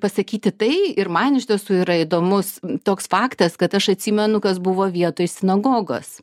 pasakyti tai ir man iš tiesų yra įdomus toks faktas kad aš atsimenu kas buvo vietoj sinagogos